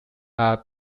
are